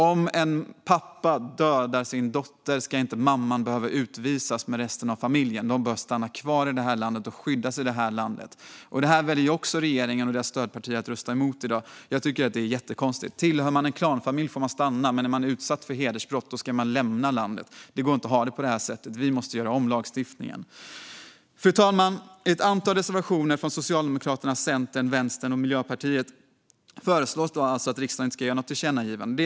Om en pappa dödar sin dotter ska inte mamman behöva utvisas med resten av familjen. De bör få stanna kvar och skyddas i det här landet. Det väljer regeringen och dess stödpartier också att rösta emot i dag. Det är jättekonstigt. Om man tillhör en klanfamilj får man stanna, men om man har utsatts för hedersbrott ska man lämna landet. Det går inte att ha det på det sättet. Vi måste göra om lagstiftningen. Fru talman! I ett antal reservationer från Socialdemokraterna, Centern, Vänstern och Miljöpartiet föreslås alltså att riksdagen inte ska göra något tillkännagivande.